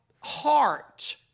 heart